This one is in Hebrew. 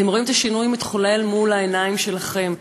אתם רואים את השינוי מתחולל מול העיניים שלכם,